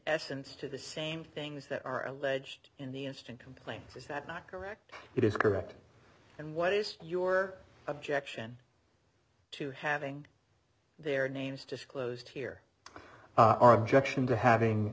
essence to the same things that are alleged in the instant complaint is that not correct it is correct and what is your objection to having their names disclosed here are objection to having